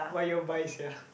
why you all buy sia